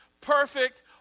perfect